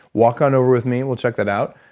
walk on over with me. we'll check that out.